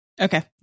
Okay